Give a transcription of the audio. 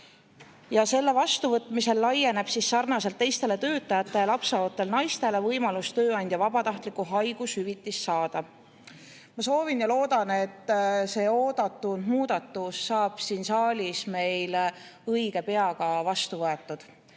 Ja selle vastuvõtmisel laieneb sarnaselt teistele töötajatele lapseootel naistele võimalus tööandja vabatahtlikku haigushüvitist saada. Ma soovin ja loodan, et see oodatud muudatus saab siin saalis meil õige pea ka vastu võetud.